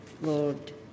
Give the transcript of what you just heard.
Lord